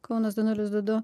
kaunas du nulis du du